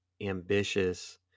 ambitious